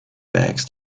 bags